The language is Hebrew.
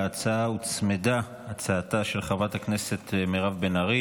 להצעה הוצמדה הצעתה של חברת הכנסת מירב בן ארי